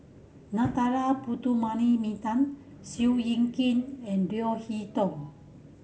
Narana Putumaippittan Seow Kin and Leo Hee Tong